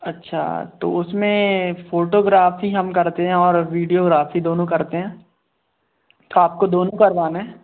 अच्छा तो उस में फ़ोटोग्राफ़ी हम करते हैं और वीडियोराफ़ी दोनों करते हैं तो आपको दोनों करवाना है